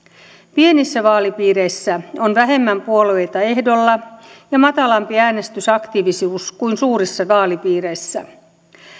pienissä vaalipiireissä on vähemmän puolueita ehdolla ja matalampi äänestysaktiivisuus kuin suurissa vaalipiireissä